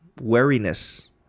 wariness